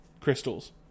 crystals